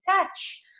touch